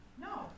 No